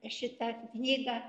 šitą knygą